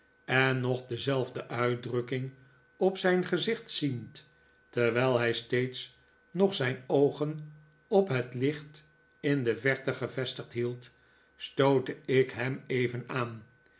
en nog dezelfde uitdrukking op zijn gezicht ziend terwijl hij steeds nog ziin oogen op het licht in de verte gevestigd hield stootte ik hem even aan